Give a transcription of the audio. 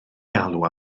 galw